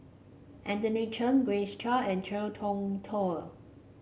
Anthony Chen Grace Chia and Ngiam Tong Dow